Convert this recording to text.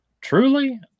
Truly